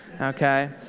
Okay